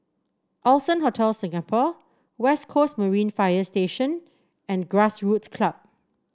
Allson Hotel Singapore West Coast Marine Fire Station and Grassroots Club